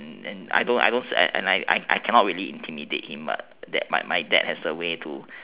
and I don't I don't I cannot I cannot really intimate him but my dad my dad had a way to